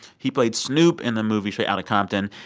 he played snoop in the movie, straight outta compton.